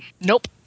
Nope